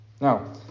Now